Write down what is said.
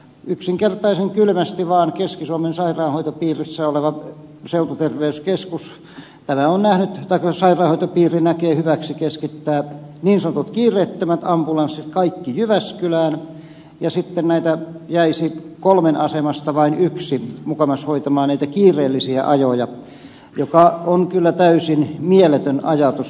yksinkertaisen kylmästi vaan keski suomen sairaanhoitopiirissä oleva seututerveyskeskus tai sairaanhoitopiiri näkee hyväksi keskittää niin sanotut kiireettömät ambulanssit kaikki jyväskylään ja sitten näitä jäisi kolmen asemesta vain yksi mukamas hoitamaan näitä kiireellisiä ajoja mikä on kyllä täysin mieletön ajatus